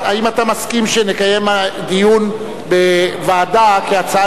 האם אתה מסכים שנקיים דיון בוועדה כהצעה